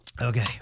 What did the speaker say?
okay